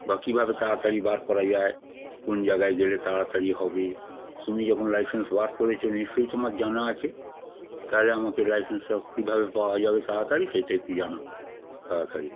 বা কীভাবে তাড়াতাড়ি বার করা যায় কোন জায়গায় গেলে তাড়াতাড়ি হবে তুমি যখন লাইসেন্স বার করেছ নিশ্চয়ই তোমার জানা আছে তাহলে আমাকে লাইসেন্সটা কীভাবে পাওয়া যাবে তাড়াতাড়ি সেটা একটু জানাও তাড়াতাড়ি